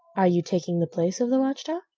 are you taking the place of the watchdog?